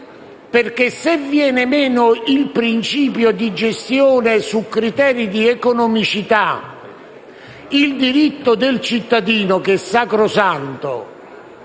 Se infatti viene meno il principio di gestione su criteri di economicità, il diritto del cittadino, che è sacrosanto,